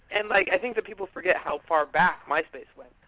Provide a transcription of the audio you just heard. and like i think the people forget how far back myspace was,